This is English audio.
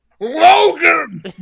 Logan